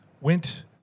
went